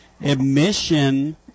admission